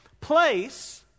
place